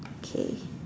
okay